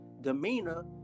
demeanor